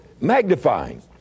magnifying